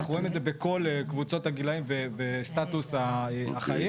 אנחנו רואים את זה בכל קבוצות הגילאים וסטטוס החיים.